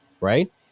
right